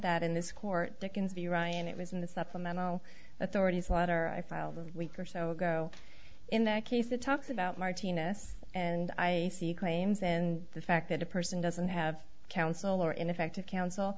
that in this court dickens be ryan it was in the supplemental authorities letter i filed a week or so ago in that case it talks about martina's and i see claims and the fact that a person doesn't have counsel or ineffective coun